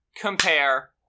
compare